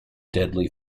deadly